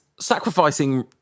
sacrificing